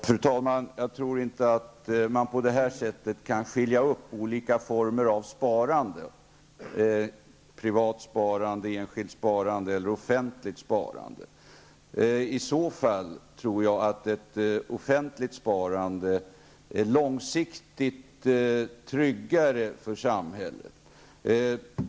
Fru talman! Jag tror att man på det här sättet kan skilja ut olika former av sparande, t.ex. privatsparande, enskilt sparande eller offentligt sparande. Jag tror att ett offentligt sparande långsiktigt är tryggare för samhället.